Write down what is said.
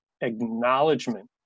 acknowledgement